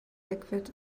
liquid